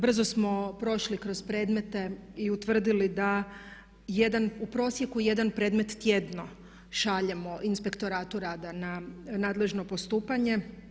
Brzo smo prošli kroz predmete i utvrdili da jedan u prosjeku jedan predmet tjedno šaljemo Inspektoratu rada na nadležno postupanje.